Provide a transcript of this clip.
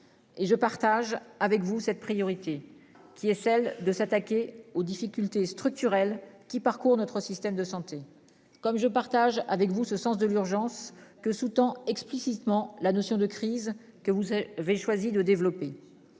Et je partage avec vous, cette priorité qui est celle de s'attaquer aux difficultés structurelles qui parcourt notre système de santé comme je partage avec vous ce sens de l'urgence que sous-tend explicitement la notion de crise que vous avez-vous choisi de développer.